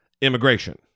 immigration